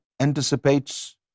anticipates